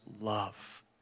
love